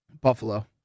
Buffalo